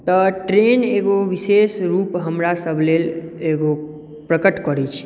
तऽ ट्रेन एगो विशेष रूप हमरासभके लेल एगो प्रकट करैत छै